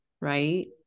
right